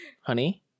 honey